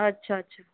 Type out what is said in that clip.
અચ્છા અચ્છા